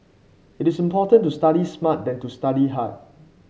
it is important to study smart than to study hard